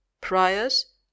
priors